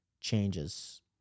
changes